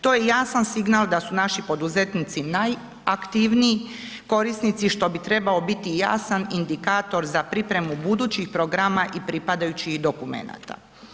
To je jasan signal da su naši poduzetnici najaktivniji korisnici, što bi trebao biti jasan indikator za pripremu budućih programa i pripadajućih dokumenata.